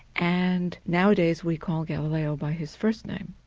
and nowadays we call galileo by his first name.